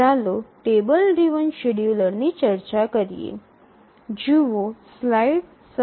ચાલો table driven શેડ્યૂલરની ચર્ચા કરીએ